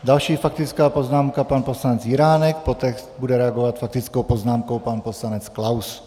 Další faktická poznámka, pan poslanec Jiránek, poté bude reagovat faktickou poznámkou pan poslanec Klaus.